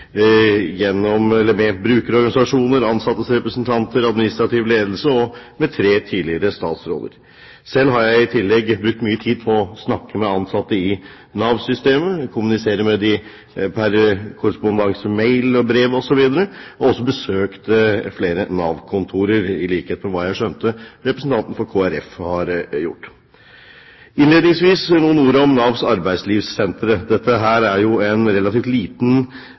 gjennom, med en grundig høring med brukerorganisasjoner, ansattes representanter, administrativ ledelse og tre tidligere statsråder. Selv har jeg i tillegg brukt mye tid på å snakke med ansatte i Nav-systemet, kommunisere med dem pr. korrespondanse – mail, brev osv. – og jeg har også besøkt flere Nav-kontorer, i likhet med hva jeg skjønte representanten for Kristelig Folkeparti har gjort. Innledningsvis noen ord om Navs arbeidslivssentre. Dette er jo en relativt liten